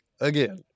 again